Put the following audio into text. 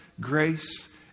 Grace